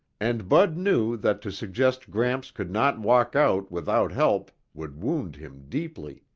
and bud knew that to suggest gramps could not walk out without help would wound him deeply.